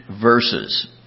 verses